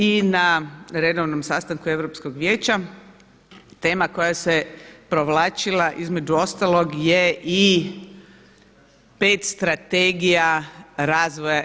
I na redovnom sastanku Europskog vijeća tema koja se provlačila između ostalog je i 5 strategija razvoja EU.